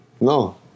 No